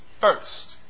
first